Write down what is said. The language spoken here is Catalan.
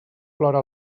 plora